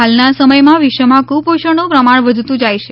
હાલનાં સમયમાં વિશ્વમાં કુપોષણનું પ્રમાણ વધતું જાય છે